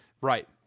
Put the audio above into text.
Right